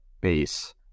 base